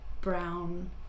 brown